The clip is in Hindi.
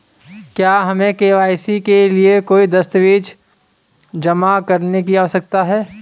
क्या हमें के.वाई.सी के लिए कोई दस्तावेज़ जमा करने की आवश्यकता है?